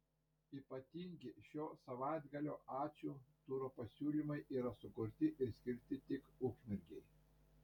ypatingi šio savaitgalio ačiū turo pasiūlymai yra sukurti ir skirti tik ukmergei